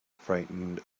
frightened